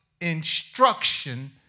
instruction